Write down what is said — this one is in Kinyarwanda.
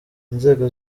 inzego